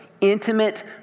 intimate